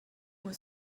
was